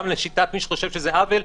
גם לשיטת מי שחושב שזה עוול,